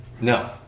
No